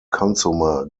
consumer